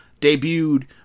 debuted